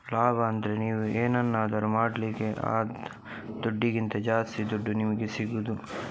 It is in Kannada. ಲಾಭ ಅಂದ್ರೆ ನೀವು ಏನನ್ನಾದ್ರೂ ಮಾಡ್ಲಿಕ್ಕೆ ಆದ ದುಡ್ಡಿಗಿಂತ ಜಾಸ್ತಿ ದುಡ್ಡು ನಿಮಿಗೆ ಸಿಗುದು